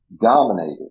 dominated